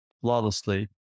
flawlessly